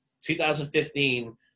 2015